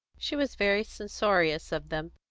she was very censorious of them,